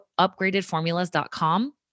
upgradedformulas.com